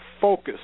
focus